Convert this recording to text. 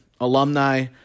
alumni